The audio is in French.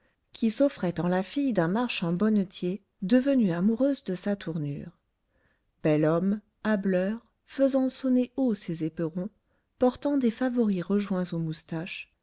qui s'offrait en la fille d'un marchand bonnetier devenue amoureuse de sa tournure bel homme hâbleur faisant sonner haut ses éperons portant des favoris rejoints aux moustaches